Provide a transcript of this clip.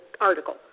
article